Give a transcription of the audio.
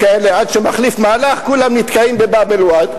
עד שהוא מחליף מהלך כולם נתקעים בבאב-אל-ואד.